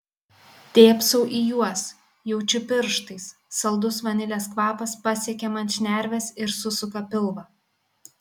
dėbsau į juos jaučiu pirštais saldus vanilės kvapas pasiekia man šnerves ir susuka pilvą